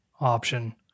option